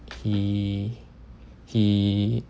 he he